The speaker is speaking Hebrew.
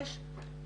יש,